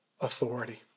authority